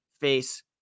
face